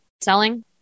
selling